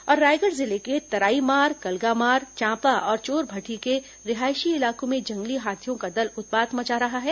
और रायगढ़ जिले के तराईमार कलगामार चाम्पा और चोरभठी के रिहायशी इलाकों में जंगली हाथियों का दल उत्पात मचा रहा है